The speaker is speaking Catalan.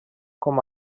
com